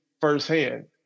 firsthand